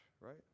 right